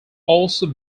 also